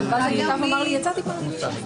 כלומר כשנבוא לאדוני עוד שלוש שנים,